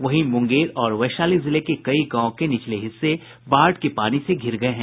वहीं मुंगेर े और वैशाली जिले के कई गांव के निचले हिस्से बाढ़ के पानी से घिर गये हैं